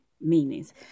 meanings